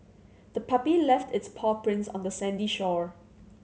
the puppy left its paw prints on the sandy shore